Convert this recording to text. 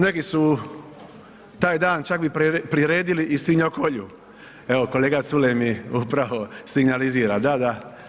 Neki su taj dan, čak i priredili i svinjokolju, evo, kolega Culej mi upravo signalizira, da, da.